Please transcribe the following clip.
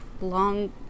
Long